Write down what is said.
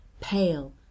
pale